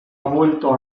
vuelto